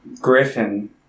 Griffin